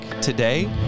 today